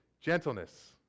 gentleness